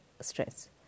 Stress